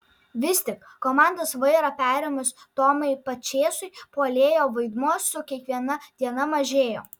vis tik komandos vairą perėmus tomui pačėsui puolėjo vaidmuo su kiekviena diena mažėjo